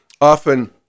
often